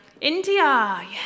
India